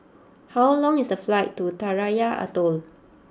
how long is the flight to Tarawa Atoll